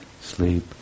sleep